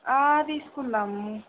తీసుకుందాము